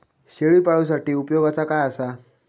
शेळीपाळूसाठी उपयोगाचा काय असा?